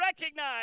recognize